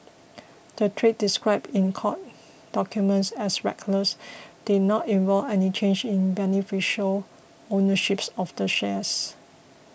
the trades described in court documents as reckless did not involve any change in beneficial ownerships of the shares